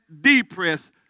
depressed